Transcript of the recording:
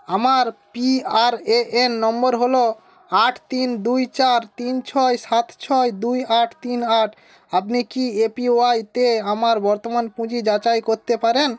আমার PRAN number হল আট তিন দুই চার তিন ছয় সাত ছয় দুই আট তিন আট আপনি কি এপিওয়াইতে আমার বর্তমান পুঁজি যাচাই করতে পারেন